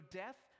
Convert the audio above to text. death